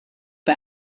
bei